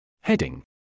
Heading